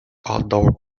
outdoor